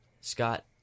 Scott